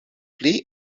pli